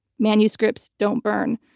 manuscripts don't burn.